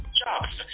jobs